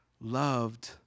loved